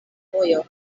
vojo